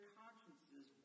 consciences